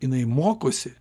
jinai mokosi